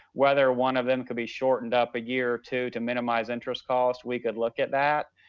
whether one of them could be shortened up a year or two to minimize interest costs, we could look at that,